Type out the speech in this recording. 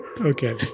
Okay